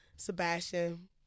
Sebastian